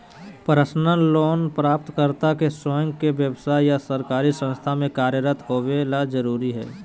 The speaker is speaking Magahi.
पर्सनल लोन प्राप्तकर्ता के स्वयं के व्यव्साय या सरकारी संस्था में कार्यरत होबे ला जरुरी हइ